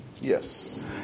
Yes